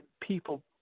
people